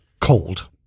cold